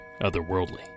otherworldly